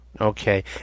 Okay